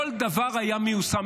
כל דבר היה מיושם.